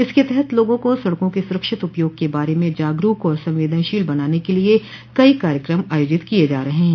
इसके तहत लोगों को सड़कों के सुरक्षित उपयोग के बारे में जागरूक और संवेदनशील बनाने के लिये कई कार्यक्रम आयोजित किये जा रहे हैं